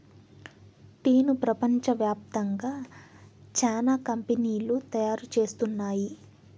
టీను ప్రపంచ వ్యాప్తంగా చానా కంపెనీలు తయారు చేస్తున్నాయి